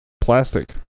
Plastic